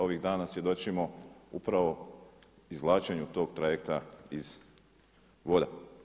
Ovih dana svjedočimo upravo o izvlačenju tog trajekta iz voda.